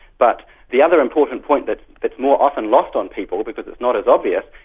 but the other important point that's more often lost on people because it's not as obvious,